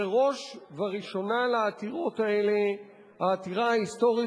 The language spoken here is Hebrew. וראש וראשונה לעתירות האלה העתירה ההיסטורית